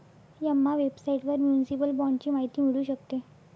Emma वेबसाइटवर municipal बाँडची माहिती मिळू शकते